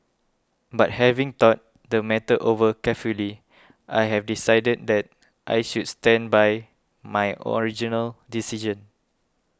but having thought the matter over carefully I have decided that I should stand by my original decision